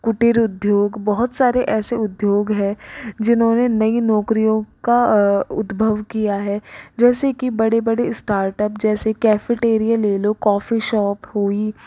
कुटीर उद्योग बहुत सारे ऐसे उद्योग हैं जिन्होंने नई नौकरियों का उद्भव किया है जैसे कि बड़े बड़े स्टार्ट अप जैसे कैफीटेरिया ले लो कॉफी शॉप हुई